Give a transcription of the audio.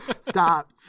Stop